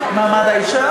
מעמד האישה?